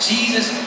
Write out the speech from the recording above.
Jesus